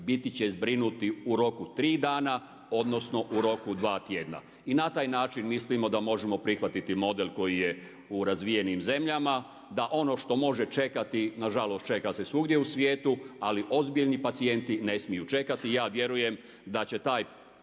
biti će zbrinuti u roku tri dana odnosno u roku od dva tjedna. I na taj način mislimo da možemo prihvatiti model koji je u razvijenim zemljama, da ono što može čekati na žalost čeka se svugdje u svijetu. Ali ozbiljni pacijenti ne smiju čekati. Ja vjerujem da će taj